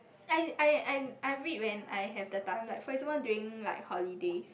I I I I read when I have the time like for example during like holidays